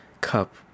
Cup